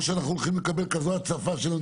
או שאנחנו הולכים לקבל כזאת הצפה של בדיקות